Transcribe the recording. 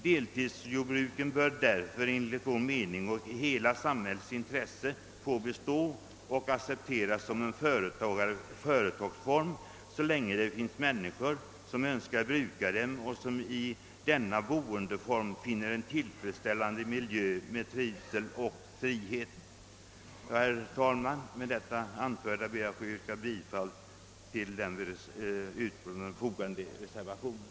Deltidsjordbruken bör därför enligt vår mening och i hela samhällets intresse få bestå och accepteras som en företagsform så länge det finns människor som önskar bruka dem och som i denna boendeform finner en tillfredsställande miljö med trivsel och frihet. Herr talman! Med det anförda ber jag att få yrka bifall till den vid utlåtandet fogade reservationen.